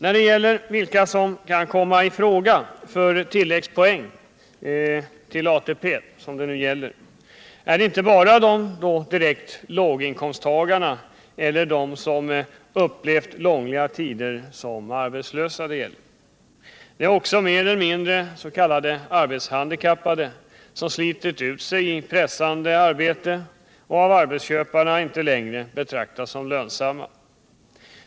Frågan om vilka som kan komma i fråga för tilläggspoäng till ATP gäller inte bara låginkomsttagarna eller de människor som under långa tider varit arbetslösa. Den gäller också mer eller mindre arbetshandikappade, som har slitit ut sig i pressande arbete och av arbetsköparna inte längre betraktas som lönsamma.